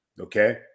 okay